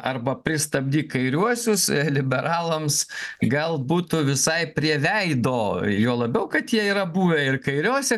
arba pristabdyk kairiuosius liberalams gal būtų visai prie veido juo labiau kad jie yra buvę ir kairiose